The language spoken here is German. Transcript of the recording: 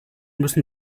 müssen